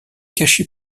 cachée